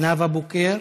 נאוה בוקר.